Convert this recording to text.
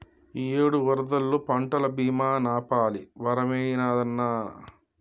ఇయ్యేడు వరదల్లో పంటల బీమా నాపాలి వరమైనాదన్నా